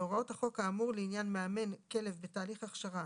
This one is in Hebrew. והוראות החוק האמור לעניין מאמן כלב בתהליך הכשרה